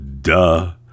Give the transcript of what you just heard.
Duh